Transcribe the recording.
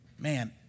Man